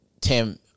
Tim